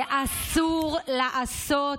את זה אסור לעשות,